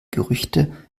gerüchte